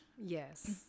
Yes